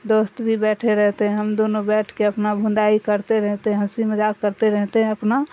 دوست بھی بیٹھے رہتے ہیں ہم دونوں بیٹھ کے اپنا بھندائی کرتے رہتے ہیں ہنسی مذااک کرتے رہتے ہیں اپنا